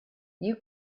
you